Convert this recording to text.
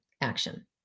action